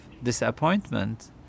disappointment